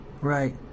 right